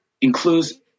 includes